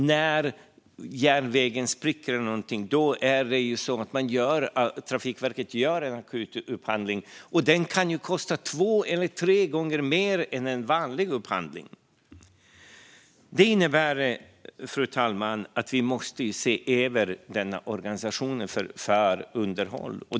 När järnvägen spricker, till exempel, gör Trafikverket en akut upphandling, och den kan kosta två eller tre gånger mer än en vanlig upphandling. Det innebär, fru talman, att vi måste se över organisationen för underhåll.